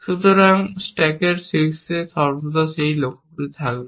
সুতরাং স্ট্যাকের শীর্ষে সর্বদা সেই লক্ষ্যগুলি থাকবে